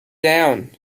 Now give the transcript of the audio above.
down